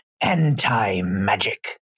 anti-magic